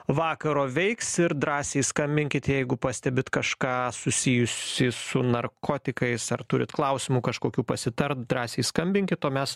vakaro veiks ir drąsiai skambinkit jeigu pastebit kažką susijusį su narkotikais ar turit klausimų kažkokių pasitart drąsiai skambinkit o mes